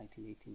1918